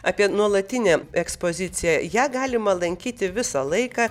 apie nuolatinę ekspoziciją ją galima lankyti visą laiką